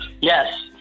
yes